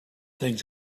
things